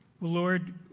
Lord